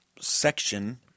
section